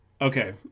Okay